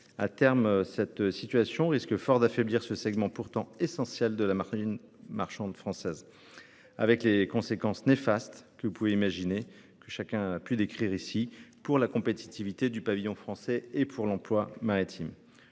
À terme, cette situation risque fort d'affaiblir ce segment pourtant essentiel de la marine marchande française et d'avoir les conséquences néfastes que l'on peut imaginer et qui ont déjà été largement décrites ici pour la compétitivité du pavillon français et pour l'emploi maritime.